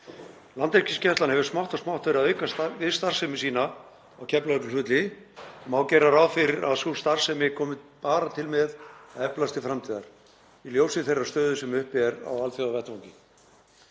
Landhelgisgæslan hefur smátt og smátt verið að auka við starfsemi sína á Keflavíkurflugvelli og má gera ráð fyrir að sú starfsemi komi bara til með að eflast til framtíðar í ljósi þeirrar stöðu sem uppi er á alþjóðavettvangi.